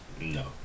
No